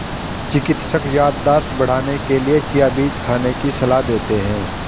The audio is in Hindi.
चिकित्सक याददाश्त बढ़ाने के लिए चिया बीज खाने की सलाह देते हैं